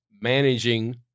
managing